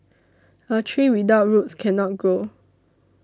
a tree without roots cannot grow